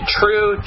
true